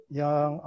yang